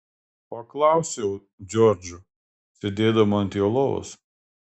paklausiau džordžo sėdėdama ant jo lovos